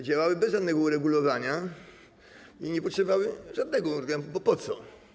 Działały bez żadnego uregulowania i nie potrzebowały żadnego uregulowania, bo po co?